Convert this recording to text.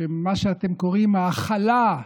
מה שאתם קוראים "ההכלה",